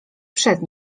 przed